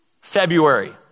February